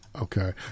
okay